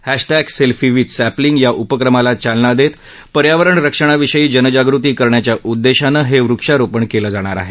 hashtag selfie with sapling या उपक्रमाला चालना देत पर्यावरणरक्षणा विषयी जनजागृती करण्याच्या उद्देशानं हे वक्षारोपण केलं जाणार आहे